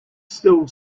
still